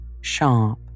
sharp